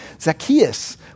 Zacchaeus